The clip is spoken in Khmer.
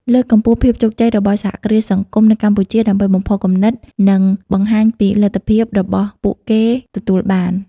លើកកម្ពស់ភាពជោគជ័យរបស់សហគ្រាសសង្គមនៅកម្ពុជា ដើម្បីបំផុសគំនិត និងបង្ហាញពីលទ្ធភាពរបស់ពួកគេទទួលបាន ។